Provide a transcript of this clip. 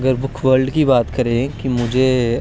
अगर बुकबल्ड की बात करें कि मुझे सॉरी